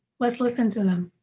let's listen to them.